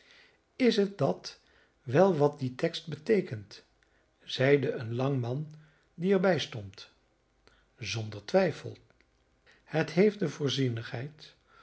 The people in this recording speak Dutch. is het dat wel wat die tekst beteekent zeide een lang man die er bij stond zonder twijfel het heeft der